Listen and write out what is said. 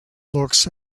looks